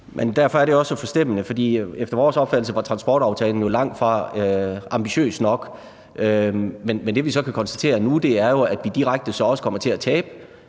derfor er det også så forstemmende. For efter vores opfattelse var transportaftalen jo langtfra ambitiøs nok, men det, vi så kan konstatere nu, er, at vi så direkte også kommer til at tabe